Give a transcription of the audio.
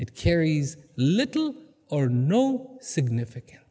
it carries little or no significan